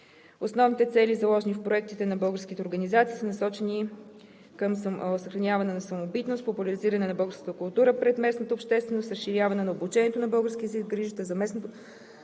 Основните цели, заложени в проектите на българските организации, са насочени към съхраняване на самобитност, популяризиране на българската култура пред местната общественост, разширяване на обучението на български език, грижата за местното